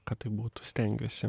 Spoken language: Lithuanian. kad taip būtų stengiuosi